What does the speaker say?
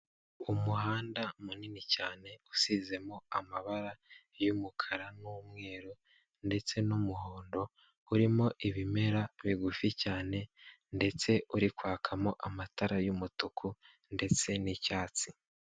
Umuhanda munini cyane usizemo amabara y'umukara n'umweru ndetse n'umuhondo urimo ibimera bigufi cyane ndetse uri kwakamo amatara y'umutuku ndetse n'icyatsi.